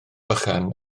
bychan